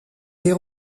des